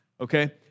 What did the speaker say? Okay